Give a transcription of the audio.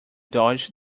dodged